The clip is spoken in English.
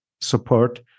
support